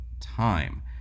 time